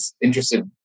interested